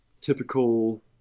typical